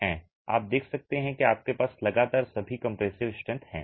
आप देख सकते हैं कि आपके पास लगातार सभी कंप्रेसिव स्ट्रेंथ हैं